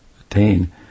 attain